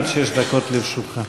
עד שש דקות לרשותך.